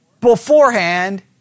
Beforehand